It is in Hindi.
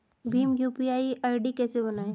भीम यू.पी.आई आई.डी कैसे बनाएं?